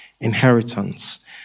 inheritance